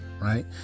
right